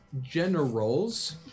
generals